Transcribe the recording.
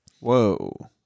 Whoa